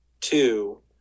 Two